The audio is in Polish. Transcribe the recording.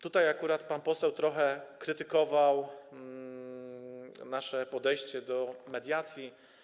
Tutaj pan poseł trochę krytykował nasze podejście do mediacji.